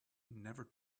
never